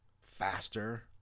faster